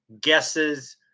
guesses